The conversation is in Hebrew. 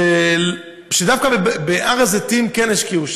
שדווקא בהר הזיתים כן השקיעו.